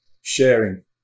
sharing